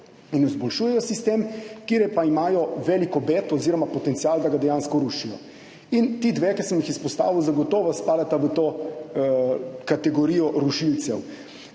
in izboljšujejo sistem, katere pa imajo velik obet oziroma potencial, da ga dejansko rušijo. Ti dve, ki sem jih izpostavil, zagotovo spadata v to kategorijo rušilcev.